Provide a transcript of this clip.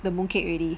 the mooncake already